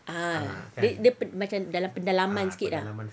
ah dia dia macam dalam pendalaman sikit ah